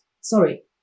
Sorry